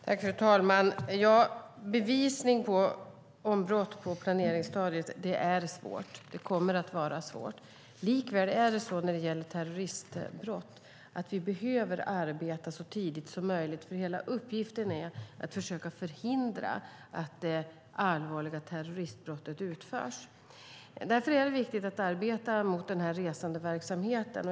Fru talman! Att bevisa brott på planeringsstadiet är svårt och kommer att vara svårt. Likväl är det så när det gäller terroristbrott att vi behöver börja arbeta så tidigt som möjligt, eftersom hela uppgiften är att försöka förhindra att det allvarliga terroristbrottet begås. Därför är det viktigt att arbeta mot denna resandeverksamhet.